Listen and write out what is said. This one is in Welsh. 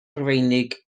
rufeinig